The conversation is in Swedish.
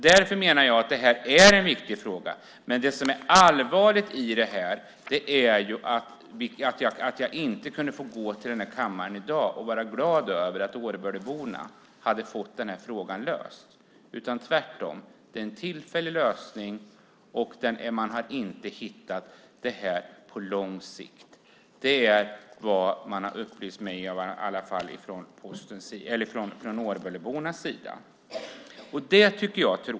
Därför menar jag att det här är en viktig fråga. Men det som är allvarligt är att jag inte kunde få gå till kammaren i dag och vara glad över att frågan hade lösts för Årböleborna. Tvärtom är det en tillfällig lösning, och man har inte hittat en lösning på lång sikt. Det är i alla fall vad Årböleborna har upplyst mig om.